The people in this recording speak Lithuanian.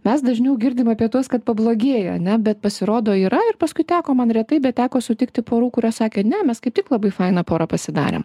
mes dažniau girdim apie tuos kad pablogėja ane bet pasirodo yra ir paskui teko man retai bet teko sutikti porų kurios sakė ne mes kaip tik labai faina pora pasidarėm